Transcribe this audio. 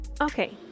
Okay